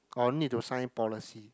or need to sign policy